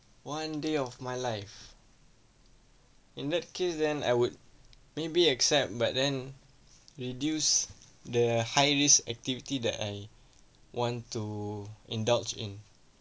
one day of my life in that case then I would maybe accept but then reduce the high risk activity that I want to indulge in